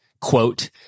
quote